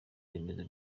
remezo